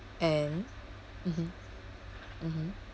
and mmhmm mmhmm